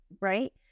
right